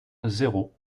zéro